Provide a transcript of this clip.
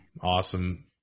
awesome